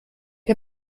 wer